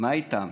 מה אתם.